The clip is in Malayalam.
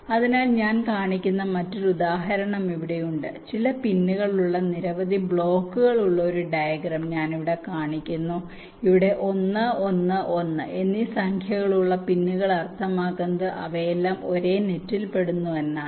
അതിനാൽ ഞാൻ കാണിക്കുന്ന മറ്റൊരു ഉദാഹരണം ഇവിടെയുണ്ട് ചില പിനുകളുള്ള നിരവധി ബ്ലോക്കുകൾ ഉള്ള ഒരു ഡയഗ്രം ഞാൻ ഇവിടെ കാണിക്കുന്നു ഇവിടെ 1 1 1 എന്നീ സംഖ്യകളുള്ള പിന്നുകൾ അർത്ഥമാക്കുന്നത് അവയെല്ലാം ഒരേ നെറ്റിൽ പെടുന്നു എന്നാണ്